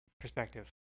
perspective